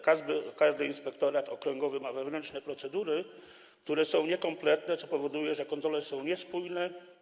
Każdy inspektorat okręgowy ma wewnętrzne procedury, które są niekompletne, co powoduje, że kontrole są niespójne.